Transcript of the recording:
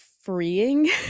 freeing